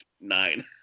Nine